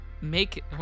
make